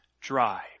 dry